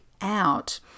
out